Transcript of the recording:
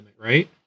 Right